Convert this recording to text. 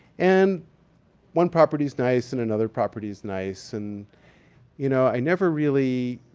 and one property's nice and another property's nice. and you know i never really